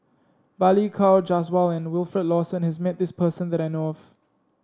Balli Kaur Jaswal and Wilfed Lawson has met this person that I know of